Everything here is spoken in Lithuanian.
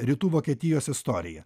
rytų vokietijos istoriją